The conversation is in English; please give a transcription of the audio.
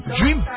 dream